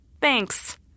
Thanks